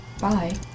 Bye